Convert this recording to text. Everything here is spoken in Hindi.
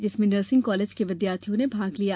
जिसमें नर्सिंग कॉलेज के विद्यार्थियों ने भाग लिया